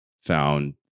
found